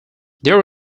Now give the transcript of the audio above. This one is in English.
there